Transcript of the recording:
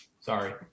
Sorry